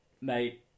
mate